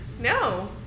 No